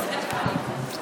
(חבר הכנסת דוד אמסלם יוצא מאולם המליאה.)